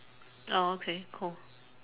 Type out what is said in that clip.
oh okay cool